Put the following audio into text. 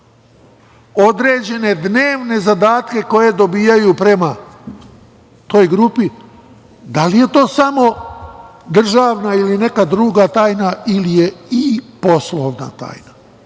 određene dnevne zadatke koje dobijaju prema toj grupi, da li je to samo državna ili neka druga tajna ili je i poslovna tajna?